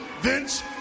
Vince